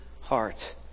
heart